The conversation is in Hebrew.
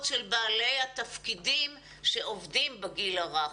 של בעלי התפקידים שעובדים בגיל הרך.